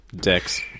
Dicks